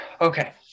Okay